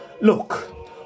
Look